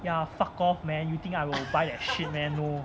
ya fuck off man you think I will buy that shit meh no